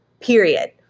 period